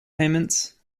payments